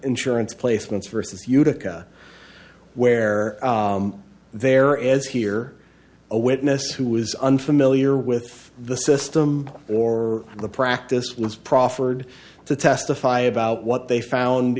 insurance placements versus utica where there as here a witness who was unfamiliar with the system or the practice was proffered to testify about what they found